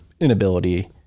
inability